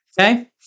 okay